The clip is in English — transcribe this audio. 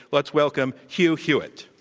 let's welcome hugh hewitt.